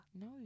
No